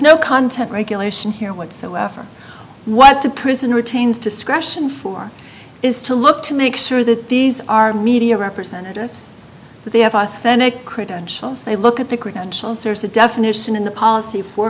no content regulation here whatsoever what the prison retains discretion for is to look to make sure that these are media representatives but they have authentic credentials they look at the credentials there's a definition in the policy for